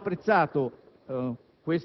gente. Certo